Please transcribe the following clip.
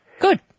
good